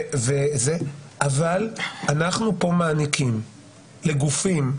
אבל אנחנו פה מעניקים לגופים,